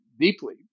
deeply